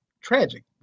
tragic